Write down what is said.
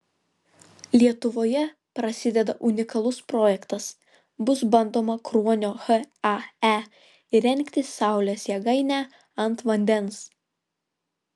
lietuvoje prasideda unikalus projektas bus bandoma kruonio hae įrengti saulės jėgainę ant vandens